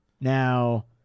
Now